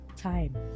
Time